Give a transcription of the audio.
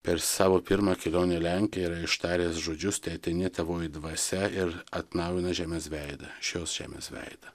per savo pirmą kelionę į lenkiją yra ištaręs žodžius teateinie tavoji dvasia ir atnaujina žemės veidą šios žemės veidą